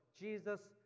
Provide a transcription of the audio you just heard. jesus